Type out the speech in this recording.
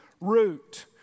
root